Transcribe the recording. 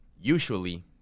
usually